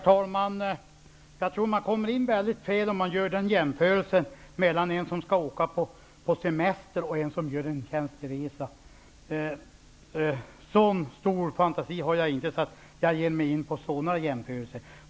Herr talman! Man kommer väldigt fel om man gör en jämförelse mellan en som skall åka på semester och en som skall göra en tjänsteresa. En så stor fantasi har jag inte att jag ger mig in på sådana jämförelser.